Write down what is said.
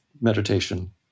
meditation